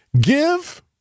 Give